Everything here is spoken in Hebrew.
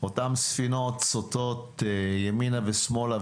אותם ספינות סוטות ימינה ושמאלה,